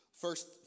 First